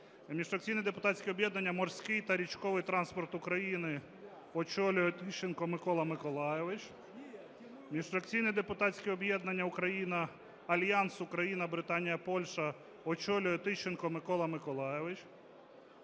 Міжфракційне депутатське об'єднання "Морський та річковий транспорт України", очолює Тищенко Микола Миколайович. Міжфракційне депутатське об'єднання "Альянс Україна-Британія-Польща", очолює Тищенко Микола Миколайович.